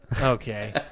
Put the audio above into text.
Okay